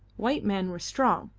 white men were strong,